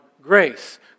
grace